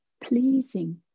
pleasing